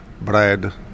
bread